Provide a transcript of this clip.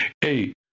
hey